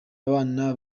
abana